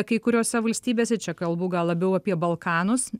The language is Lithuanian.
kai kuriose valstybėse čia kalbu gal labiau apie balkanus